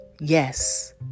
yes